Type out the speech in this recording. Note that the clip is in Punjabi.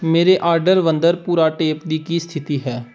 ਮੇਰੇ ਆਰਡਰ ਵੰਦਰ ਭੂਰਾ ਟੇਪ ਦੀ ਕੀ ਸਥਿਤੀ ਹੈ